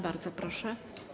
Bardzo proszę.